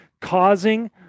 causing